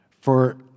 For